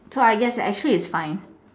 so I guess that's actually is fine